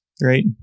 Great